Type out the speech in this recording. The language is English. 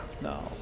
No